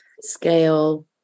scale